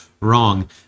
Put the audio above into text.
wrong